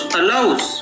allows